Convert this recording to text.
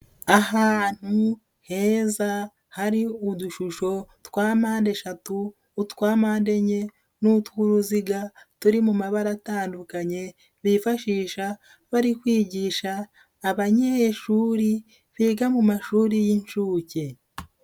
Ahantu heza hari udushusho twa mpande eshatu, utwa mpande enye, n'utw'uruziga turi mu mabara atandukanye, bifashisha bari kwigisha abanyeshuri biga mu mashuri y'inshuke.